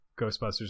Ghostbusters